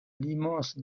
l’immense